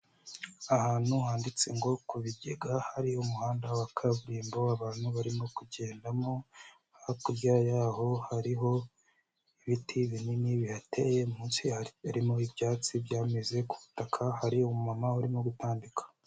Ahantu handitse ngo: "Ku bigega." Hari umuhanda wa kaburimbo abantu barimo kugendamo, hakurya yaho hariho ibiti binini bihateye, munsi harimo ibyatsi byameze ku butaka, hari umumama urimo gutambika.